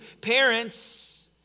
Parents